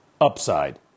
upside